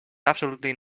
absolutely